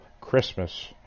Christmas